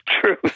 true